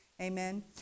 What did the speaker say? amen